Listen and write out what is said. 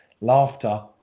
laughter